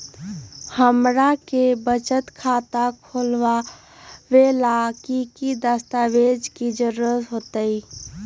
हमरा के बचत खाता खोलबाबे ला की की दस्तावेज के जरूरत होतई?